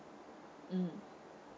mm